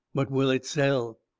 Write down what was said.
but will it sell?